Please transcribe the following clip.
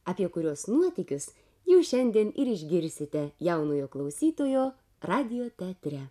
apie kurios nuotykius jau šiandien ir išgirsite jaunojo klausytojo radijo teatre